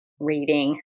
reading